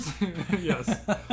Yes